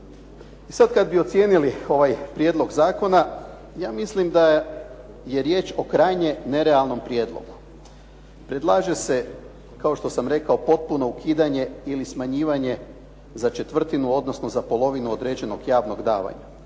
Sad kad bi ocijenili ovaj prijedlog zakona, ja mislim da je riječ o krajnje nerealnom prijedlogu. Predlaže se kao što sam rekao potpuno ukidanje ili smanjivanje za četvrtinu, odnosno za polovinu određenog javnog davanja,